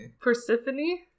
Persephone